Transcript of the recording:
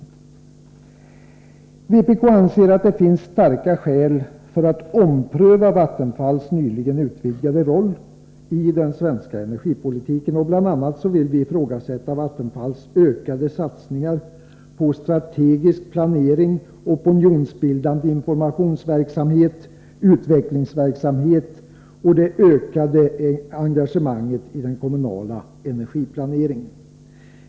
Vpk anser att det finns starka skäl för att ompröva Vattenfalls nyligen utvidgade roll i den svenska energipolitiken. Vi vill ifrågasätta Vattenfalls ökade satsningar på strategisk planering, opinionsbildande informationsverksamhet och utvecklingsverksamhet samt det ökade engagemanget i den kommunala energiplaneringen.